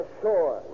sure